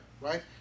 right